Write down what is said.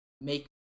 make